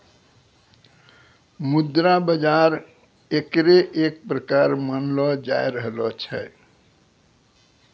मुद्रा बाजार एकरे एक प्रकार मानलो जाय रहलो छै